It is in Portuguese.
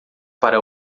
para